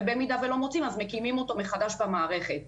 ובמידה ולא מוצאים אז מקימים אותו מחדש במערכת.